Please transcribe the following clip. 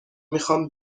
میخام